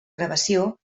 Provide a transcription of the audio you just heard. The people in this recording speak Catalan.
gravació